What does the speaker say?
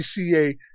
CCA